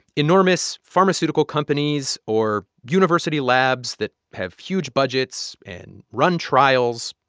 enormous pharmaceutical companies or university labs that have huge budgets and run trials,